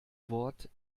wort